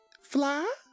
Fly